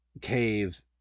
cave